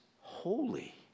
holy